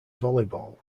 volleyball